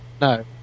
No